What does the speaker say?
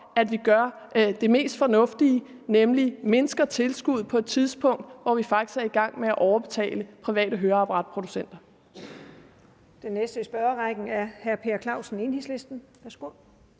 at vi gør det mest fornuftige, nemlig mindsker tilskuddet på et tidspunkt, hvor vi faktisk er i gang med at overbetale private høreapparatproducenter.